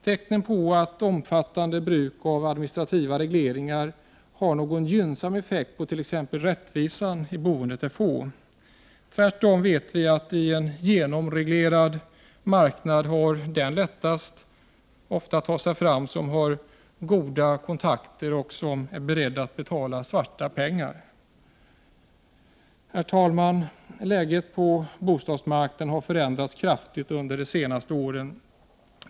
Tecknen på att ett omfattande bruk av administrativa regleringar har någon gynnsam effekt på t.ex. rättvisan i boendet är få. Tvärtom vet vi att på en genomreglerad marknad har den lättast att ta sig fram som har goda kontakter och är beredd att betala svarta pengar. Herr talman! Läget på bostadsmarknaden har förändrats kraftigt under de senaste åren.